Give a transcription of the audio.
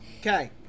Okay